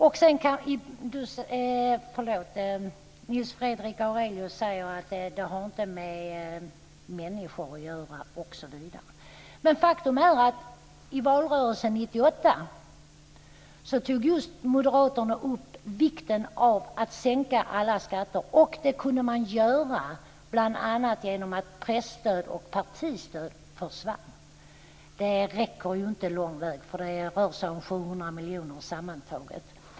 Nils Fredrik Aurelius säger att det inte har med människor att göra, osv. Men faktum är att i valrörelsen 1998 tog moderaterna upp vikten av att sänka alla skatter. Det kunde man göra bl.a. genom att presstöd och partistöd försvann. Det räcker ju inte lång väg. Det rör sig om 700 miljoner sammantaget.